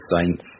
saints